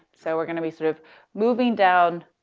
so we're going to be sort of moving down.